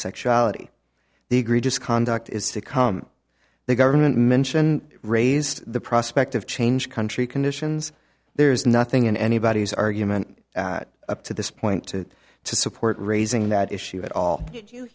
sexuality the egregious conduct is to come the government mention raised the prospect of change country conditions there's nothing in anybody's argument up to this point to to support raising that issue at all you